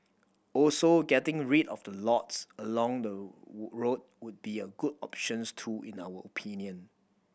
also getting rid of the lots along the road would be a good options too in our opinion